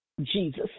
Jesus